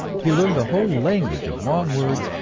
he learned a whole language of long words,